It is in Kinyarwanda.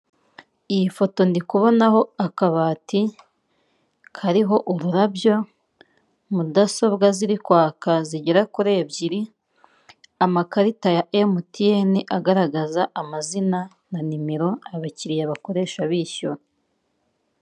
Iyi foto ndikubonaho akabati kariho ururabyo mudasobwa ziri kwaka zigere kuri ebyiri amakarita ya emutiyeni agaragaza amazina na nimero abakiriya bakoresha bishyura.